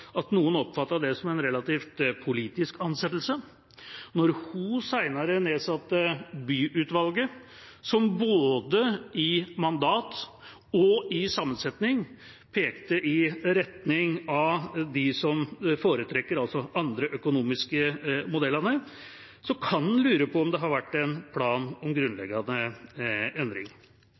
at noen oppfattet det som en relativt politisk ansettelse, og da hun senere nedsatte byutvalget, som både i mandat og i sammensetning pekte i retning av dem som foretrekker de andre økonomiske modellene, kan en lure på om det har vært en plan om en grunnleggende endring.